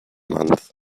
month